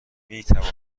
میتوان